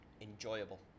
Enjoyable